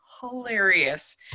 hilarious